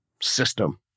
System